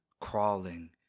crawling